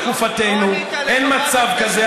בתקופתנו, אין מצב כזה.